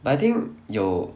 but I think 有